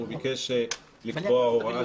הוא ביקש לקבוע הוראה